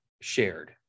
shared